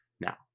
Now